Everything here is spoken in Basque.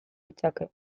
ditzake